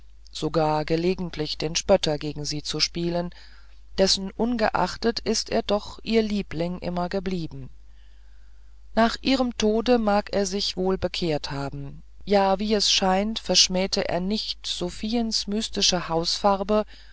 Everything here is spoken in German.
sogar gelegentlich den spötter gegen sie zu spielen dessenungeachtet ist er doch ihr liebling immer geblieben nach ihrem tode mag er sich wohl bekehrt haben ja wie es scheint verschmähte er nicht sophiens mystische hausfarbe